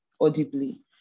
audibly